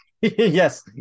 Yes